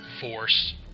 force